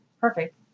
perfect